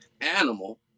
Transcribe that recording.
animal